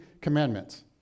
commandments